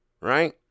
Right